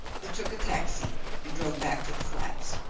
he took a taxi and drove back to the flats.